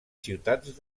ciutats